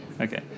Okay